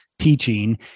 teaching